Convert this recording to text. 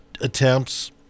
attempts